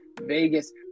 Vegas